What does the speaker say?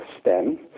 stem